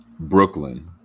Brooklyn